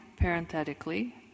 parenthetically